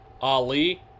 Ali